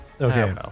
Okay